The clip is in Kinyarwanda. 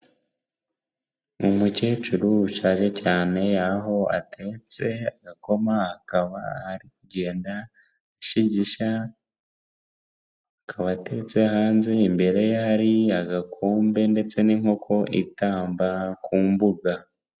Umukecuru ushaje cyane aho atetse agakoma, akaba ari kugenda ashigisha akaba atetse hanze, imbere ye hari agakombe ndetse n'inkoko itamba ku mbuga.